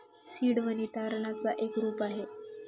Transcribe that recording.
seed money तारणाच एक रूप आहे